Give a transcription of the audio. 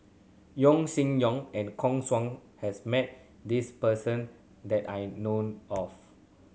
Yeo Shih Yun and Koh Guan Song has met this person that I know of